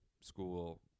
School